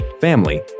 family